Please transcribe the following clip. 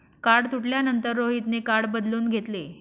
card तुटल्यानंतर रोहितने card बदलून घेतले